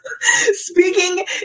speaking